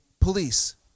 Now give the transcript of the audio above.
police